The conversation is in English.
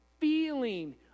feeling